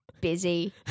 Busy